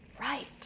right